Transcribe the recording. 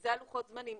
אלה לוחות הזמנים.